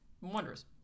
wondrous